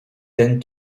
ten